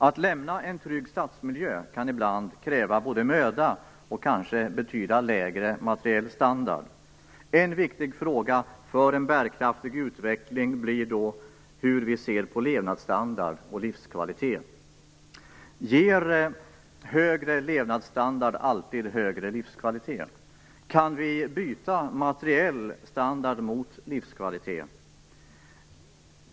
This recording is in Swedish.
Att lämna en trygg stadsmiljö kan ibland kräva möda och kanske betyda lägre materiell standard. En viktig fråga för en bärkraftig utveckling blir då hur vi ser på levnadsstandard och livskvalitet. Ger högre levnadsstandard alltid högre livskvalitet? Kan vi byta materiell standard mot livskvalitet?